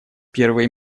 первые